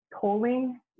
tolling